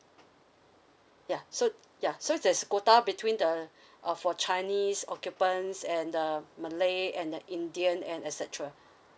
ya so ya so there's quota between the uh for chinese occupants and the malay and the indian and et cetera